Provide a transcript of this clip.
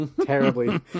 Terribly